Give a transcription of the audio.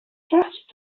just